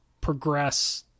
progress